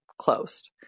closed